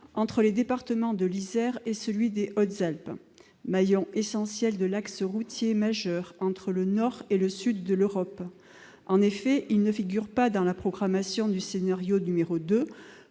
entre les départements de l'Isère et des Hautes-Alpes, maillon essentiel de l'axe routier majeur entre le nord et le sud de l'Europe. En effet, il ne figure pas dans la programmation du scénario 2